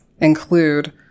include